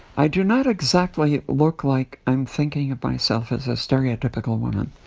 i do not exactly look like i'm thinking of myself as a stereotypical woman